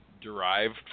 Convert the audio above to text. derived